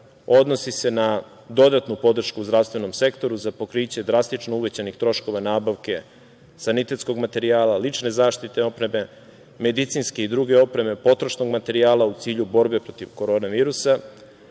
odnosi na dodatnu podršku zdravstvenom sektoru za pokriće drastično uvećanih troškova nabavke sanitetskom materijala, lične zaštitne opreme, medicinske i druge opreme, potrošnog materijala u cilju borbe protiv korona virusa.